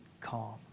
calm